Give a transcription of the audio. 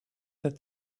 that